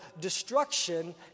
destruction